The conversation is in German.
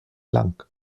lang